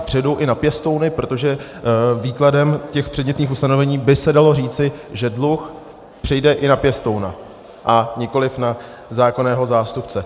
Přejdou i na pěstouny, protože výkladem těch předmětných ustanovení by se dalo říci, že dluh přejde i na pěstouna, a nikoliv na zákonného zástupce.